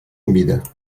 humida